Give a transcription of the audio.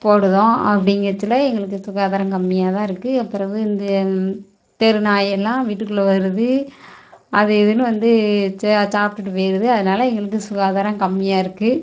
போடுறோம் அப்படிங்கெச்சுல எங்களுக்கு சுகாதாரம் கம்மியாக தான் இருக்குது பெறகு இந்த தெரு நாய் எல்லாம் வீட்டுக்குள்ளே வருது அது இதுன்னு வந்து சே சாப்பிட்டுட்டு போய்டுது அதனால எங்களுக்கு சுகாதாரம் கம்மியாக இருக்குது